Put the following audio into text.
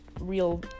real